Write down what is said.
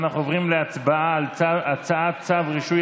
ואנחנו עוברים להצבעה על הצעת צו רישוי